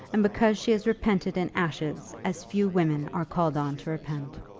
and because she has repented in ashes as few women are called on to repent.